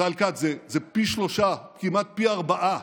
ישראל כץ, זה פי שלושה, כמעט פי ארבעה